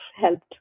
helped